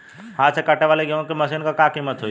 हाथ से कांटेवाली गेहूँ के मशीन क का कीमत होई?